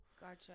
gotcha